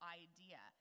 idea